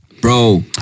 Bro